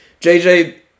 JJ